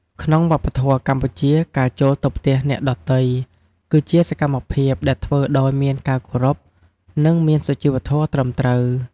ក្នុងវប្បធម៌កម្ពុជា ការចូលទៅផ្ទះអ្នកដទៃ គឺជាសកម្មភាពដែលធ្វើដោយមានការគោរព និង មានសុជីវធម៌ត្រឹមត្រូវ។